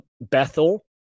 Bethel